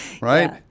right